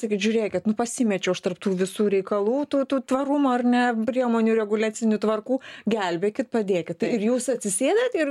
sakyt žiūrėkit nu pasimečiau aš tarp tų visų reikalų tų tų tvarumo ar ne priemonių reguliacinių tvarkų gelbėkit padėkit ir jūs atsisėdat ir